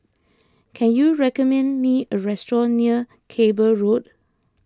can you recommend me a restaurant near Cable Road